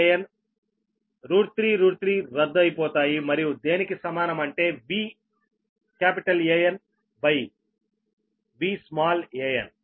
Van3 3 రద్దు అయిపోతాయి మరియు దేనికి సమానం అంటే VAnVan